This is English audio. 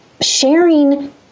sharing